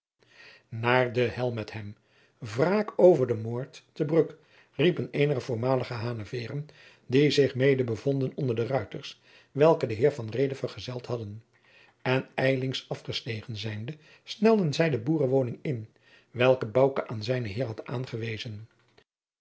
naar de hel met hem wraak over den moord te bruck riepen eenige voormalige haneveêren die zich mede bevonden onder de ruiters welke den heer van reede vergezeld hadden en ijlings afgestegen zijnde snelden zij de boerenwoning in welke bouke aan zijnen heer had aangewezen